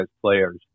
players